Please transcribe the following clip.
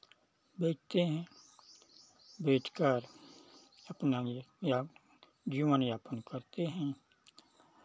बेचते हैं बेचकर अपना ये याप जीवन यापन करते हैं